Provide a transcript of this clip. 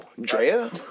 Drea